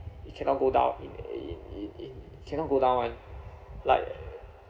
it cannot go down it uh it it it cannot go down one like